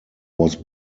was